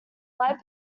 light